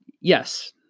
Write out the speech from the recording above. yes